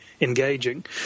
engaging